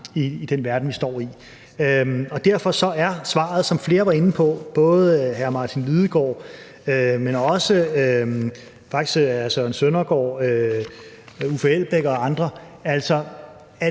i den verden, vi står i. Og derfor er svaret, som flere var inde på – ikke bare hr. Martin Lidegaard, men faktisk også hr. Søren Søndergaard, hr. Uffe Elbæk og andre – at vi